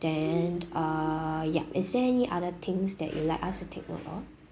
then err yup is there any other things that you like us to take note of